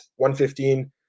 115